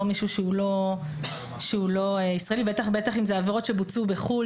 במישהו שהוא לא ישראלי ובטח אם אלה עבירות שבוצעו בחוץ לארץ.